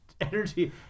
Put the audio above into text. energy